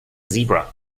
zebra